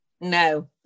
No